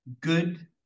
good